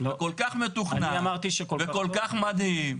וכל כך מתוכנן וכל כך מדהים.